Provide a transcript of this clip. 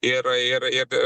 ir ir ir